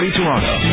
Toronto